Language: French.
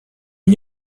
n’y